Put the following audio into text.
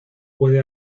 puede